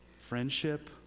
friendship